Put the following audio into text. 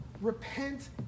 repent